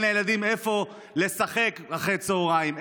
אין לילדים איפה לשחק אחרי הצוהריים,